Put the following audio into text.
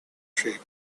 shape